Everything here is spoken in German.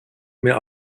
mehr